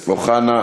אוחנה,